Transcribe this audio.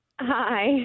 hi